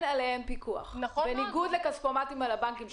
בניגוד לכספומטים של הבנקים,